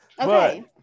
Okay